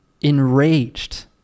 enraged